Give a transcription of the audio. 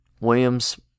Williams